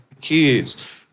kids